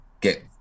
get-